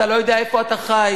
אתה לא יודע איפה אתה חי.